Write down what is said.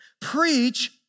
preach